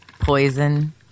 poison